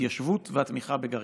ההתיישבות והתמיכה בגרעינים.